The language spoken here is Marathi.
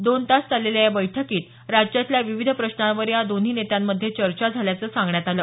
दोन तास चाललेल्या या बैठकीत राज्यातल्या विविध प्रश्नावर या दोन्ही नेत्यांमध्ये चर्चा झाल्याचं सांगण्यात आलं